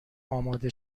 اماده